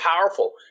powerful